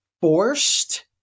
forced